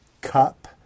Cup